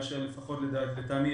לפחות לטעמי,